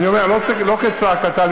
אני אומר, לא כצעקתה.